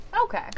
Okay